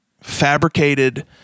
fabricated